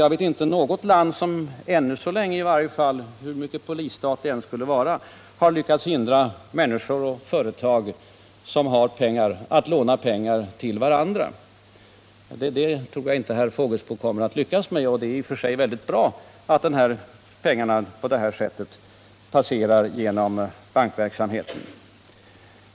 Jag vet inte något land — hur mycket polisstat det än må vara — som lyckats hindra människor och företag som har pengar att låna ut dem. Det tror jag inte man kommer att lyckas med. Det är också bra att pengarna på detta sätt passerar genom bankverksamheten.